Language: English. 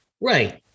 right